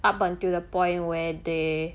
up until the point where they